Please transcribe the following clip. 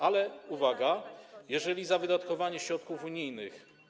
Ale - uwaga - jeżeli za wydatkowanie środków unijnych.